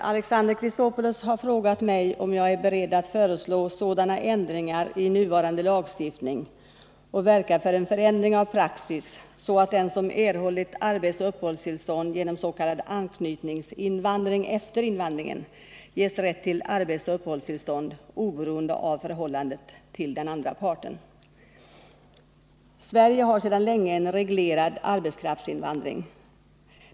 Alexander Chrisopoulos har frågat mig om jag är beredd att förelå några ändringar i nuvarande lagstiftning och verka för en förändring av praxis så att den som erhållit arbetsoch uppehållstillstånd genom s.k. anknytningsinvandring efter invandringen ges rätt till arbetsoch uppehållstillstånd oberoende av förhållandet till den andra parten. Sverige har sedan länge en reglerad arbetskraftsinvandring.